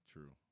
True